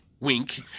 wink